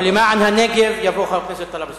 ולמען הנגב, יבוא חבר הכנסת טלב אלסאנע.